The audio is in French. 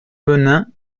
benin